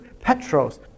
Petros